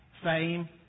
Fame